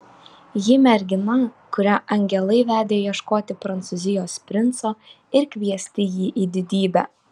ji mergina kurią angelai vedė ieškoti prancūzijos princo ir kviesti jį į didybę